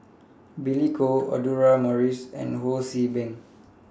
Billy Koh Audra Morrice and Ho See Beng